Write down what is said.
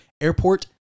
airport